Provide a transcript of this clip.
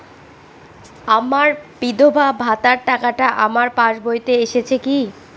আমার বিধবা ভাতার টাকাটা আমার পাসবইতে এসেছে কি?